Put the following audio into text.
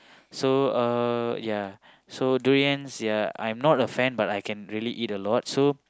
so uh ya so durians I'm not a fan but I can eat a lot so